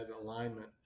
alignment